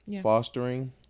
fostering